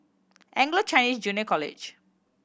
Anglo Chinese Junior College